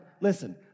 listen